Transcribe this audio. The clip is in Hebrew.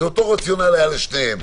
אותו רציונל היה לשניהם,